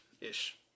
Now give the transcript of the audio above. Ish